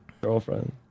girlfriend